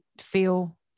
feel